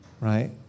right